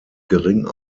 gering